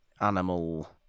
animal